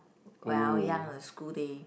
when I was young a school day